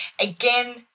Again